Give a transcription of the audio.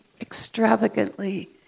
extravagantly